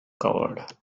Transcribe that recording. covered